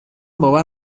باور